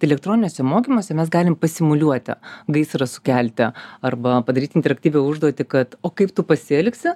elektroniniuose mokymuose mes galim pasimuliuoti gaisrą sukelti arba padaryt interaktyvią užduotį kad o kaip tu pasielgsi